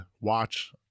watch